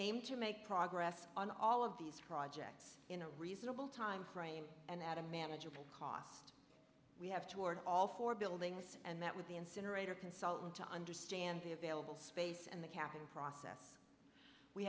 aim to make progress on all of these projects in a reasonable time frame and add a manageable cost we have toward all four buildings and that with the incinerator consultant to understand the available space and the capital process we